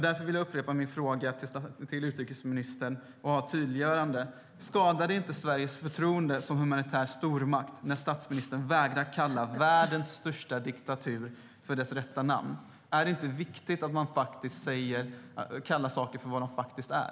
Därför vill jag upprepa min fråga till utrikesministern och få ett tydliggörande: Skadar det inte Sveriges förtroende som humanitär stormakt när statsministern vägrar kalla världens största diktatur vid dess rätta namn? Är det inte viktigt att man kallar saker för vad de faktiskt är?